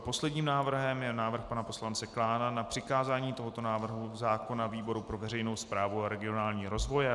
Posledním návrhem je návrh pana poslance Klána na přikázání tohoto návrhu zákona výboru pro veřejnou správu a regionální rozvoj.